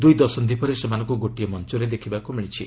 ଦୁଇ ଦଶନ୍ଧି ପରେ ସେମାନଙ୍କୁ ଗୋଟିଏ ମଞ୍ଚରେ ଦେଖିବାକୁ ମିଳିଛି